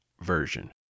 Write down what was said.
Version